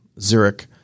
Zurich